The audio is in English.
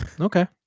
Okay